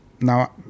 Now